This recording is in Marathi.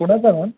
कुणाचा मॅम